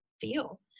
feel